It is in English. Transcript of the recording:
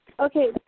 Okay